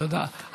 תודה רבה, אדוני.